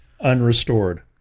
unrestored